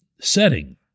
setting